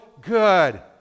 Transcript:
good